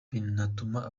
binatuma